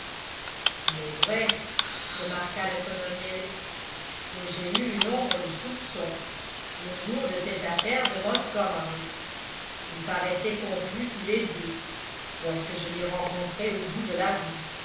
il est vrai remarqua le colonel que j'ai eu une ombre de soupçon le jour de cette affaire de montgomery ils paraissaient confus tous les deux lorsque je les rencontrai au bout de la rue